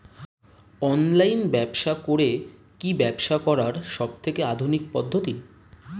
Online ব্যবসা করে কি ব্যবসা করার সবথেকে আধুনিক পদ্ধতি?